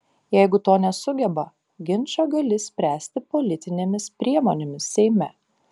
jeigu to nesugeba ginčą gali spręsti politinėmis priemonėmis seime